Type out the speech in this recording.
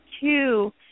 two